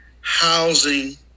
housing